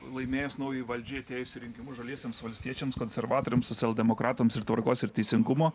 laimėjus naujai valdžiai atėjus į rinkimų žaliesiems valstiečiams konservatoriams socialdemokratams ir tvarkos ir teisingumo